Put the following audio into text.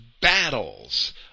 battles